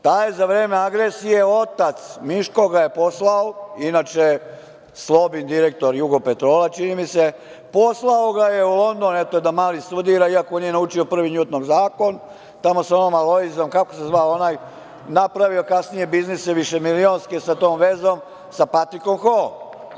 Taj je za vreme agresije otac, Miško ga je poslao, inače Slobin direktor Jugopetrola, čini mi se, poslao ga je u London, eto da mali studira, iako nije naučio Prvi NJutnov zakon, tamo sa onom Alojzom, kako se zvao onaj, napravio kasnije biznise višemilijonske sa tom vezom, sa Patrikom Hoom.